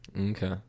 Okay